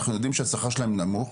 אנחנו יודעים שהשכר שלהם נמוך,